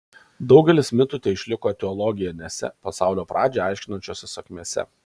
daugelis mitų teišliko etiologinėse pasaulio pradžią aiškinančiose sakmėse